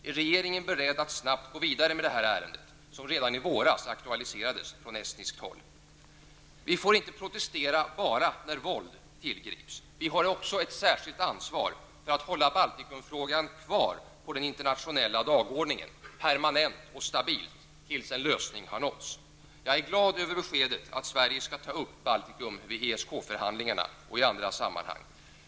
Är regeringen beredd att snabbt gå vidare med detta ärende som redan i våras aktualiserades från estniskt håll? Vi får inte protestera bara när våld tillgrips. Vi har även ett särskilt ansvar för att hålla Baltikumfrågan kvar på den internationella dagordningen, permanent och stabilt, tills en lösning har nåtts. Jag är glad över beskedet att Sverige skall ta upp Baltikum vid ESK-förhandlingarna och i andra sammanhang.